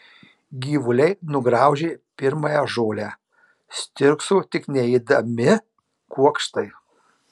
gyvuliai nugraužė pirmąją žolę stirkso tik neėdami kuokštai